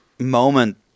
Moment